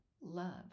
love